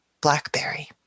Blackberry